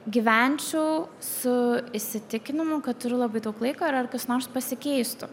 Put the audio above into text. gyvenčiau su įsitikinimu kad turiu labai daug laiko ir ar kas nors pasikeistų